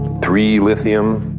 three lithium.